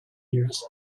years